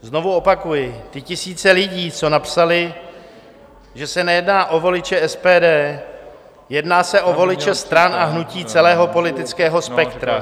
Znovu opakuji, ty tisíce lidí, co napsaly, že se nejedná o voliče SPD, jedná se o voliče stran a hnutí celého politického spektra.